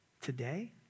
today